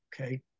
Okay